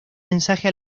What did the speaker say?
mensaje